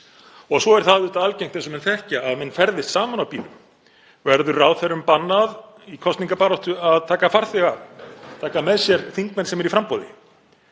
Og svo er auðvitað algengt, eins og menn þekkja, að menn ferðist saman á bílum. Verður ráðherrum bannað í kosningabaráttu að taka farþega, taka með sér þingmenn sem eru í framboði,